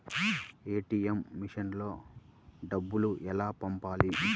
ATM మెషిన్లో డబ్బులు ఎలా పంపాలి?